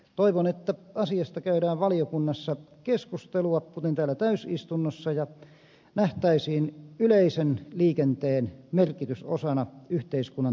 toivon että asiasta käydään valiokunnassa keskustelua kuten täällä täysistunnossa ja nähtäisiin yleisen liikenteen merkitys osana yhteiskunnan toimivuutta